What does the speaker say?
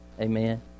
amen